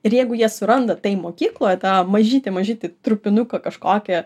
ir jeigu jie suranda tai mokykloje tą mažytį mažytį trupinuką kažkokį